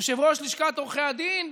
יושב-ראש לשכת עורכי הדין,